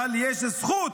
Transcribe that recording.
אבל יש זכות